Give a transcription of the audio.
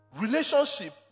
Relationship